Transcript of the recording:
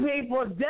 people